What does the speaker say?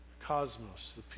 cosmos